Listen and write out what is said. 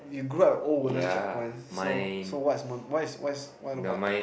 you grow check points so so what's what is what is what the what